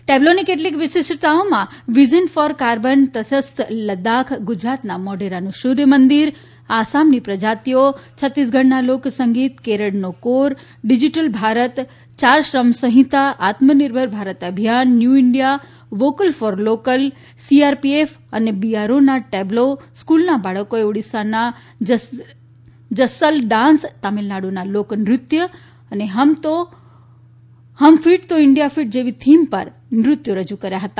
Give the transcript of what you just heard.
ટેબ્લોની કેટલીક વિશિષ્ટતાઓમાં vision for carbon તટસ્થ લદ્દાખ ગુજરાતના મોઢેરાનું સૂર્ય મંદિર આસામની પ્રજાતિઓ છત્તીસગઢના લોકસંગીત કેરળનો કોર ડિજિટલ ભારત ચાર શ્રમ સંહિતા Atmanirbhar Bharat Abhiyan new India vocal for local CRPF અને બીઆરઓના ટેબ્લો સ્ફૂલના બાળકોએ ઓડિશાના બજસલ ડાન્સ તમિલનાડુના લોકનૃત્ય અને હમ ફીટ તો ઈન્ડિયા ફીટ જેવી થીમ પર નૃત્યો રજૂ કર્યા હતા